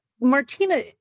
Martina